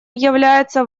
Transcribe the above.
является